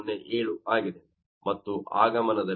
07 ಆಗಿದೆ ಮತ್ತು ಆಗಮನದಲ್ಲಿ 0